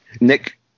Nick